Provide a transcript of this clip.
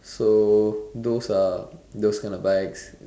so those are those kind of bikes